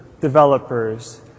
developers